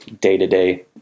day-to-day